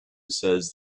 says